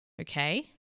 Okay